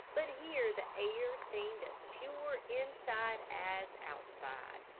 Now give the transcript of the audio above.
but here the air seemed as pure inside as outside.